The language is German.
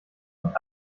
und